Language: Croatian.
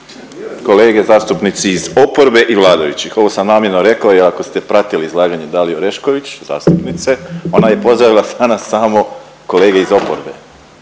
kolege zastupnici iz oporbe i vladajući. Ovo sam namjerno rekao i ako ste pratili izlaganje Dalije Orešković, zastupnice, ona je pozdravila danas samo kolege iz oporbe,